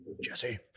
Jesse